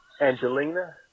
Angelina